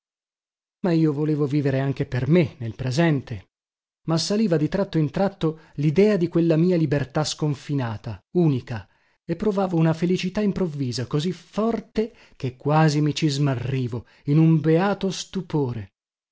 ma io volevo vivere anche per me nel presente massaliva di tratto in tratto lidea di quella mia libertà sconfinata unica e provavo una felicità improvvisa così forte che quasi mi ci smarrivo in un beato stupore